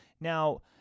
Now